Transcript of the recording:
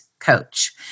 coach